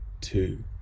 two